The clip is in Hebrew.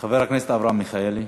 חבר הכנסת אברהם מיכאלי.